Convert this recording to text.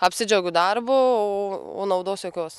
apsidžiaugiu darbu o naudos jokios